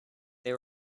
they